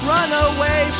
Runaway